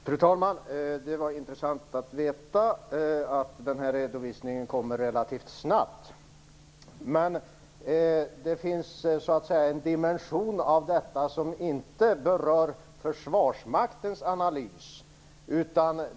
Fru talman! Det var intressant att få veta att redovisningen kommer relativt snabbt. Men det finns en dimension av detta som inte berör Försvarsmaktens analys.